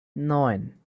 neun